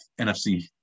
nfc